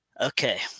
Okay